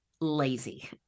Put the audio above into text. lazy